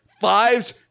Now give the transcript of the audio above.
fives